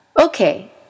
Okay